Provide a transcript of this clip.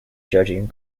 judging